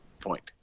point